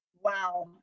Wow